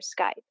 Skype